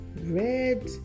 red